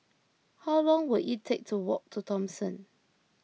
how long will it take to walk to Thomson